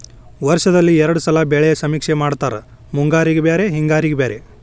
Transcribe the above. ವರ್ಷದಲ್ಲಿ ಎರ್ಡ್ ಸಲಾ ಬೆಳೆ ಸಮೇಕ್ಷೆ ಮಾಡತಾರ ಮುಂಗಾರಿಗೆ ಬ್ಯಾರೆ ಹಿಂಗಾರಿಗೆ ಬ್ಯಾರೆ